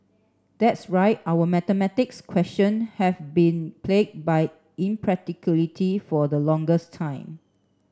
that's right our mathematics question have been plagued by impracticality for the longest time